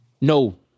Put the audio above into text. No